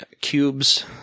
cubes